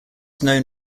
known